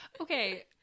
Okay